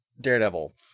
Daredevil